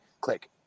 Click